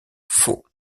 faux